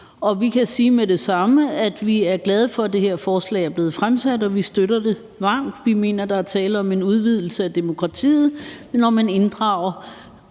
vi er glade for, at det her forslag er blevet fremsat, og vi støtter det varmt. Vi mener, der er tale om en udvidelse af demokratiet, når man inddrager